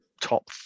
top